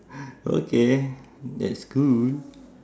okay that's cool